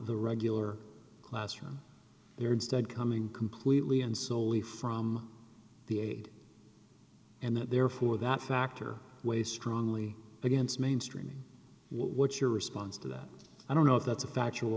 the regular classroom they are instead coming completely and solely from the aide and that therefore that factor way strongly against mainstreaming what's your response to that i don't know if that's a factual